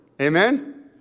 Amen